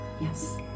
yes